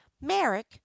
merrick